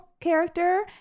character